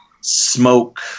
smoke